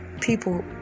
People